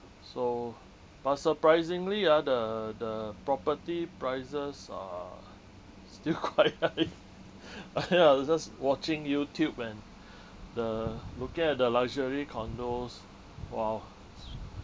so but surprisingly ah the the property prices are still quite high ah ya I was just watching youtube when the looking at the luxury condos !wow!